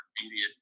immediate